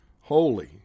holy